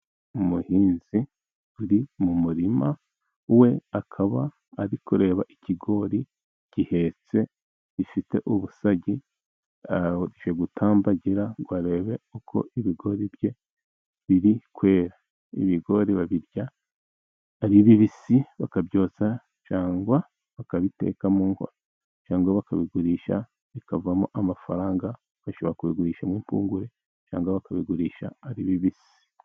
Umuhinzi uri mu murima we, akaba ari kureba ikigori gihetse gifite ubusagi. Ari gutambagira ngo arebe uko ibigori bye biri kwera. Ibigori babirya ari bibisi, bakabyotsa, cyangwa bakabiteka mu nkono, cyangwa bakabigurisha bikavamo amafaranga. Bashobora kubigurishamo impungure, cyangwa bakabigurisha ari bibisi.